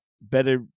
better